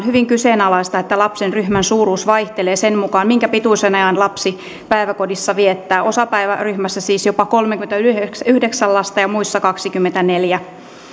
hyvin kyseenalaista että lapsen ryhmän suuruus vaihtelee sen mukaan minkä pituisen ajan lapsi päiväkodissa viettää osapäiväryhmässä siis jopa kolmekymmentäyhdeksän lasta ja muissa kaksikymmentäneljä